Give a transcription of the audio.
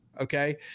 okay